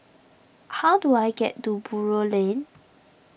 how do I get to Buroh Lane